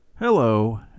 Hello